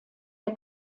der